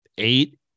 Eight